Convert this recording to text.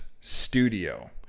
Studio